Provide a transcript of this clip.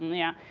yeah.